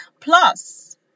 Plus